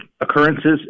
occurrences